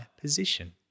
position